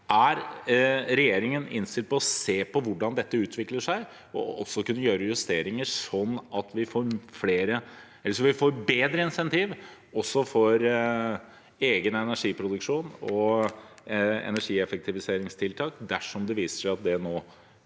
Er regjeringen innstilt på å se på hvordan dette utvikler seg, og på å kunne gjøre justeringer, sånn at vi får bedre insentiv også for egen energiproduksjon og energieffektiviseringstiltak dersom det viser seg at det nå